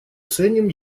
ценим